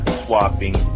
swapping